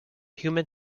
human